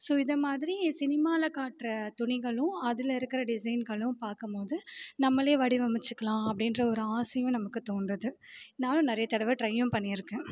so இதை மாதிரி சினிமாவில காட்டுற துணிகளும் அதில் இருக்கிற டிசைன்களும் பார்க்கமோது நம்மளே வடிவமைச்சிக்கலாம் அப்படின்ற ஒரு ஆசையும் நமக்கு தோன்றுது நானும் நிறைய தடவை ட்ரையும் பண்ணியிருக்கேன்